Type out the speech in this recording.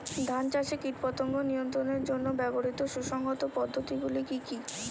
ধান চাষে কীটপতঙ্গ নিয়ন্ত্রণের জন্য ব্যবহৃত সুসংহত পদ্ধতিগুলি কি কি?